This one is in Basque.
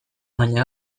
baina